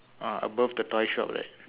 uh above the toy shop right